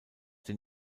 den